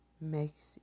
makes